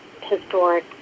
historic